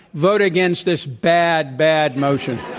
vote against this bad, bad motion.